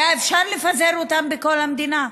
היה אפשר לפזר אותם בכל המדינה.